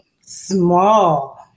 Small